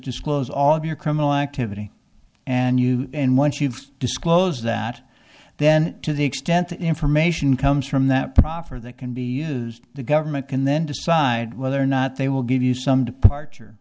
disclose all of your criminal activity and you and once you've disclosed that then to the extent that information comes from that proffer that can be used the government can then decide whether or not they will give you some departure